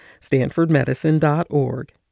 stanfordmedicine.org